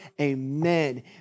Amen